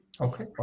Okay